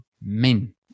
men